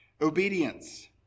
Obedience